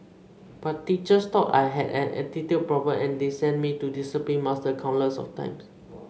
but teachers thought I had an attitude problem and they sent me to the discipline master countless times